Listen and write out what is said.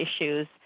issues